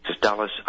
Dallas